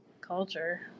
culture